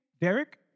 Derek